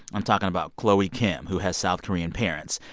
i'm talking about chloe kim, who has south korean parents,